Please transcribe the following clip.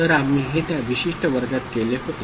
तर आम्ही हे त्या विशिष्टवर्गात केले होते